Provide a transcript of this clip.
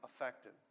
affected